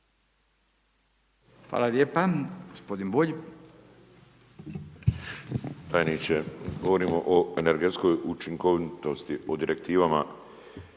Hvala lijepo gospodine